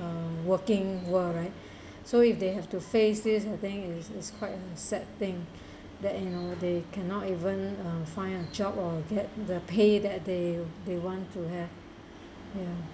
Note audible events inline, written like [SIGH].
uh working world right [BREATH] so if they have to face this I think is is quite a sad thing [BREATH] that you know they cannot even uh find a job or get the pay that they they want to have ya